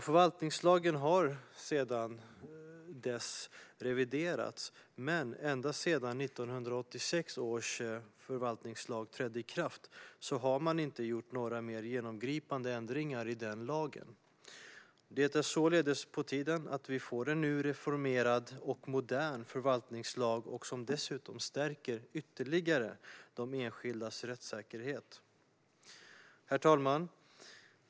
Förvaltningslagen har sedan dess reviderats, men ända sedan 1986 års förvaltningslag trädde i kraft har man inte gjort några mer genomgripande ändringar i den lagen. Det är således på tiden att vi får en ny reformerad och modern förvaltningslag som dessutom stärker de enskildas rättssäkerhet ytterligare. Herr talman!